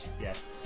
yes